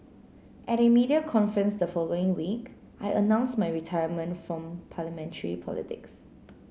at a media conference the following week I announced my retirement from parliamentary politics